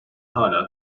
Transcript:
hâlâ